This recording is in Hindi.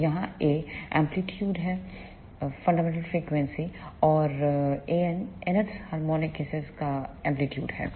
तो यहाँ A1एंप्लीट्यूड है फंडामेंटल फ्रिकवेंसीFUNDAMENTAL FREQUENCY और An nth हार्मोनिक का एंप्लीट्यूड है